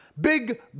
Big